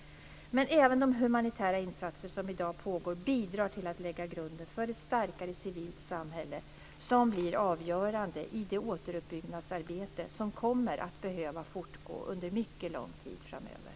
Men även de humanitära insatser som i dag pågår bidrar till att lägga grunden för ett starkare civilt samhälle, som blir avgörande i det återuppbyggnadsarbete som kommer att behöva fortgå under mycket lång tid framöver.